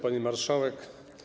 Pani Marszałek!